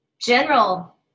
general